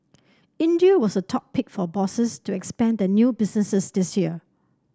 India was the top pick for bosses to expand their new businesses this year